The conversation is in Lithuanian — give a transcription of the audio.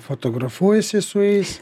fotografuojasi su jais